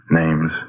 names